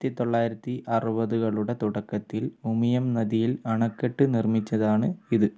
ആയിരത്തിതൊള്ളായിരത്തി അറുപതുകളുടെ തുടക്കത്തിൽ ഉമിയം നദിയിൽ അണക്കെട്ട് നിർമ്മിച്ചതാണ് ഇത്